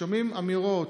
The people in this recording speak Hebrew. שומעים אמירות: